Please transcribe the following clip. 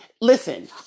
listen